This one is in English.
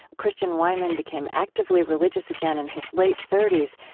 christian wiman became actively religious again in his late thirty s,